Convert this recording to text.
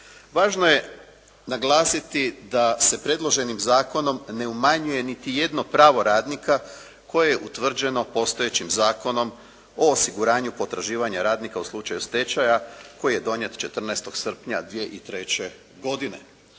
Važno je naglasiti da se predloženim zakonom ne umanjuje niti jedno pravo radnika koje je utvrđeno postojećim Zakonom o osiguranju potraživanja radnika u slučaju stečaja, koji je donijet 14. srpnja 2003. godine.